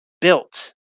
built